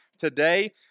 Today